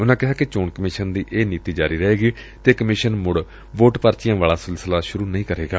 ਉਨਾਂ ਕਿਹਾ ਕਿ ਚੋਣ ਕਮਿਸ਼ਨ ਦੀ ਇਹ ਨੀਤੀ ਜਾਰੀ ਰਹੇਗੀ ਅਤੇ ਕਮਿਸ਼ਨ ਮੁੜ ਵੋਟ ਪਰਚੀਆਂ ਵਾਲਾ ਸਿਲਸਿਲਾ ਸ਼ੁਰੂ ਨਹੀ ਕਰੇਗਾ